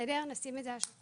נשים את זה על השולחן.